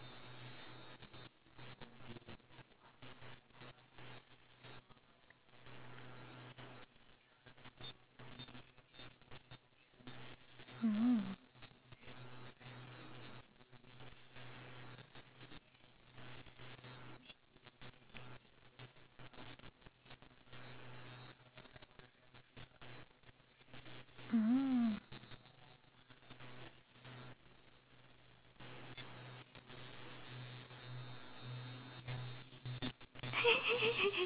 mm mm